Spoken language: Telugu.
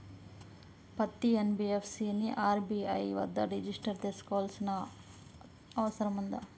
పత్తి ఎన్.బి.ఎఫ్.సి ని ఆర్.బి.ఐ వద్ద రిజిష్టర్ చేసుకోవాల్సిన అవసరం ఉందా?